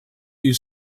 you